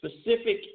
specific